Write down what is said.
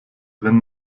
wenn